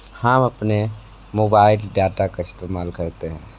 हाँ हम अपने मोबाइल डाटा का इस्तेमाल करते हैं